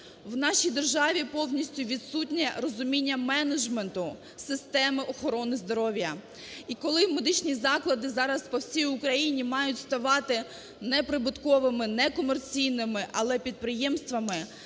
в нашій державі повністю відсутнє розуміння менеджменту системи охорони здоров'я. І коли медичні заклади зараз по всій Україні мають ставати неприбутковими, некомерційними, але підприємствами,